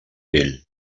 pell